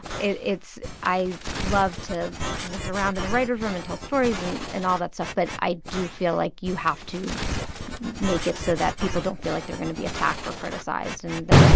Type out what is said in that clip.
it's i love to mess around in the writers' room and tell stories and and all that stuff. but i do feel like you have to make it so that people don't feel like they're going to be attacked or criticized and that.